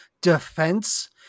defense